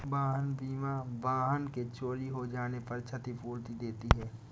वाहन बीमा वाहन के चोरी हो जाने पर क्षतिपूर्ति देती है